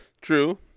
true